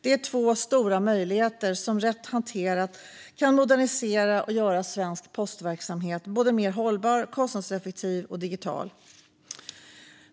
Det är två stora möjligheter som rätt hanterade kan modernisera svensk postverksamhet och göra den mer hållbar, kostnadseffektiv och digital.